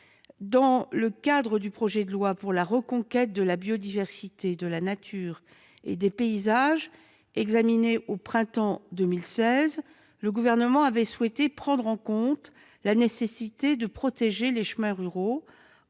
Dans le cadre de la loi du 8 août 2016 pour la reconquête de la biodiversité, de la nature et des paysages, examinée au printemps 2016, le Gouvernement avait souhaité prendre en compte la nécessité de protéger les chemins ruraux